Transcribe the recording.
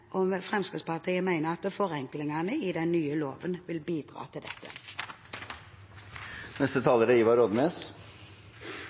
Fremskrittspartiet mener at forenklingene i den nye loven vil bidra til dette.